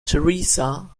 teresa